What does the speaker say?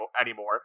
anymore